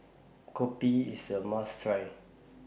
Kopi IS A must Try